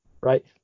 right